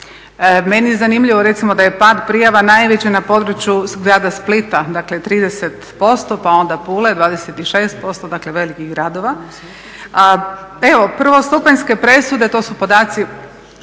Meni je zanimljivo recimo da je pad prijava najveći na području grada Splita 30%, pa onda Pule 26% dakle velikih gradova. Evo prvostupanjske presude to su podaci,